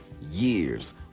years